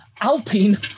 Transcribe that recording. Alpine